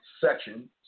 section